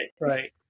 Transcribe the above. right